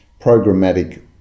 programmatic